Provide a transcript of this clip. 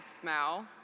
smell